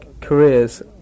careers